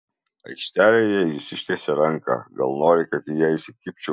aikštelėje jis ištiesia ranką gal nori kad į ją įsikibčiau